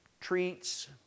treats